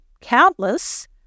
countless